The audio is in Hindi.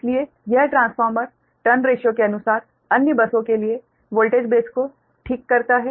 इसलिए यह ट्रांसफॉर्मर टर्न रेशिओ के अनुसार अन्य बसों के लिए वोल्टेज बेस को ठीक करता है